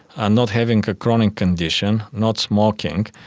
and not having a chronic condition, not smoking,